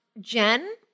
Jen